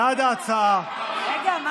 רגע.